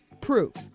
proof